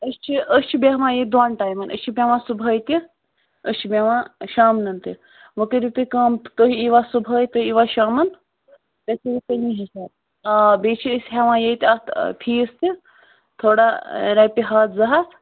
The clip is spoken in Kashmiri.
أسۍ چھِ أسۍ چھِ بیٚہوان ییٚتہِ دۄن ٹایمَن أسۍ چھِ بیٚہوان صُبحٲے تہِ أسۍ چھِ بیٚہوان شامن تہِ وٕ کٔرِو تُہۍ کٲم تُہۍ ای وَ صُبحٲے تُہۍ ای وَ شامَن تَمی حِساب آ بیٚیہِ چھِ أسۍ ہٮ۪وان ییٚتہِ اَتھ فیٖس تہِ تھوڑا رَپیہِ ہَتھ زٕ ہَتھ